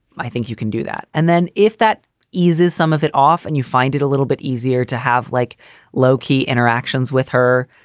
i think you can do that. and then if that eases some of it off and you find it a little bit easier to have like low key interactions with her,